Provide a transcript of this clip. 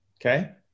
okay